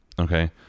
Okay